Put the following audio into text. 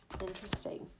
interesting